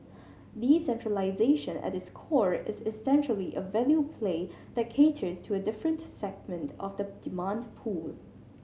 decentralisation at its core is essentially a value play that caters to a different segment of the demand pool